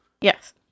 yes